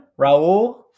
Raul